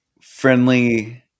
friendly